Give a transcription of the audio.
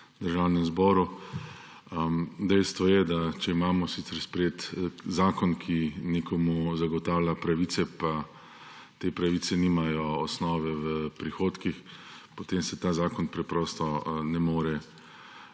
Državnem zboru. Dejstvo je, da če imamo sicer sprejet zakon, ki nekomu zagotavlja pravice, pa te pravice nimajo osnove v prihodkih, potem se ta zakon preprosto ne more